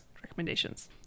recommendations